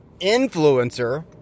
influencer